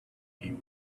him